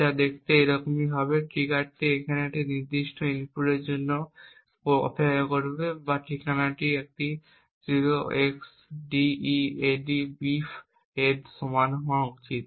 তা দেখতে এইরকম হবে ট্রিগারটি এখানে একটি নির্দিষ্ট ইনপুটের জন্য অপেক্ষা করবে বা ঠিকানাটি 0xDEADBEEF এর সমান হওয়া উচিত